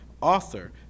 author